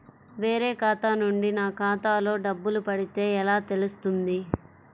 వేరే ఖాతా నుండి నా ఖాతాలో డబ్బులు పడితే ఎలా తెలుస్తుంది?